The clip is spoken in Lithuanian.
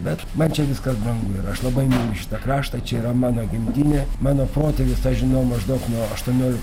bet man čia viskas brangu ir aš labai myliu šitą kraštą čia yra mano gimtinė mano protėvius aš žinau maždaug nuo aštuoniolikto